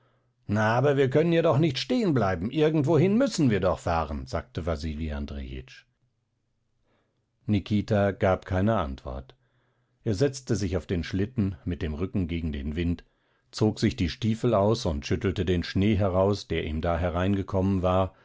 na aber wir können hier doch nicht stehen bleiben irgendwohin müssen wir doch fahren sagte wasili andrejitsch nikita gab keine antwort er setzte sich auf den schlitten mit dem rücken gegen den wind zog sich die stiefel aus und schüttelte den schnee heraus der ihm da hereingekommen war